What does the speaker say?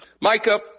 Micah